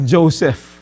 Joseph